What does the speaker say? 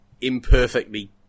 imperfectly